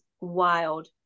wild